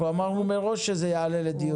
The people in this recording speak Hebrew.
אמרנו מראש שזה יעלה לדיון.